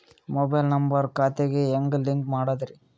Mobile number ಖಾತೆ ಗೆ ಹೆಂಗ್ ಲಿಂಕ್ ಮಾಡದ್ರಿ?